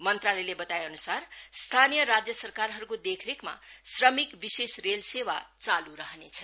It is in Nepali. मन्त्रालयले बताएअनुसार स्तरीय राज्य सरकारहरूको देखरेखमा श्रमिक विशेष रेल सेवा चालु रहनेछ